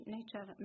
Nature